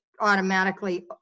automatically